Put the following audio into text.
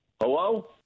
Hello